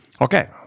Okay